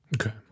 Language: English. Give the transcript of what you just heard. Okay